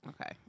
Okay